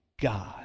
God